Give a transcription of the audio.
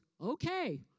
okay